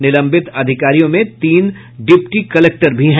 निलंबित अधिकारियों में तीन डिप्टी कलेक्टर भी हैं